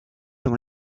dans